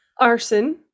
Arson